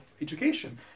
education